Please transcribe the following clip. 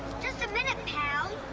just a minute, pal!